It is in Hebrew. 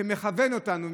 שמכוון אותנו,